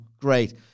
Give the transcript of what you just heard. great